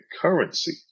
currency